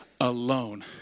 alone